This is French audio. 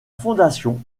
fondation